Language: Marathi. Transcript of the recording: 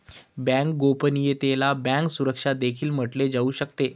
बँक गोपनीयतेला बँक सुरक्षा देखील म्हटले जाऊ शकते